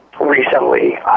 Recently